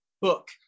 book